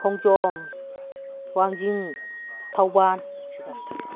ꯈꯣꯡꯖꯣꯝ ꯋꯥꯡꯖꯤꯡ ꯊꯧꯕꯥꯟ